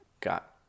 got